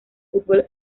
fútbol